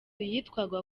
yitwaga